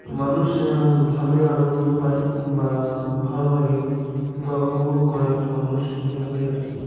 মানুষ ভালোই আনন্দ পায় বা ভালো লাগে বা উপভোগ করে মানুষ এভাবেই আর কি